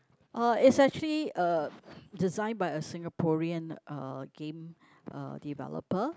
uh it's actually uh designed by a Singaporean uh game uh developer